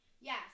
Yes